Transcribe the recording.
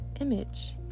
image